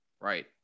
Right